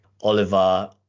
Oliver